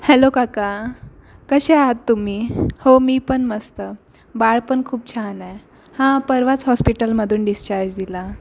hello काका कसे आहात तुम्ही हो मी पण मस्त बाळ पण खूप छान आहे हा परवाच हॉस्पिटलमधून डिस्चार्ज दिला